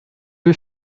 you